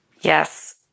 Yes